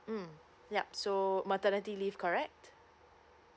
mm yup so maternity leave correct